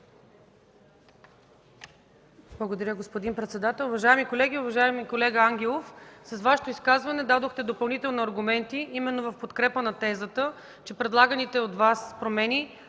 Благодаря, господин председател. Уважаеми колеги! Уважаеми колега Ангелов, с Вашето изказване дадохте допълнително аргументи именно в подкрепа на тезата, че предлаганите от Вас промени,